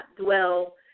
dwell